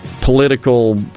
political